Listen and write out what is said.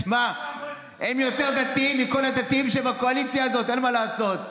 שמעתם שהגיבוש של הקואליציה בוטל?